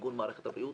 מיגון מערכת הבריאות,